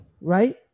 right